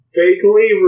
vaguely